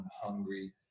hungry